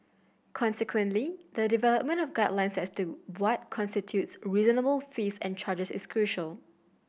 consequently the development of guidelines as to what constitutes reasonable fees and charges is crucial